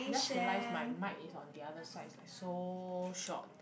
I just realize my mic is on the other side it's so short